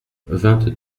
vingt